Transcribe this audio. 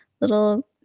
little